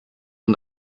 und